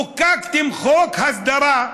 חוקקתם חוק הסדרה,